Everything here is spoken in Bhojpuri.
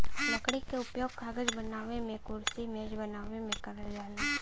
लकड़ी क उपयोग कागज बनावे मेंकुरसी मेज बनावे में करल जाला